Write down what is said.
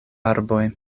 arboj